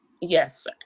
yes